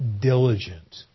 diligent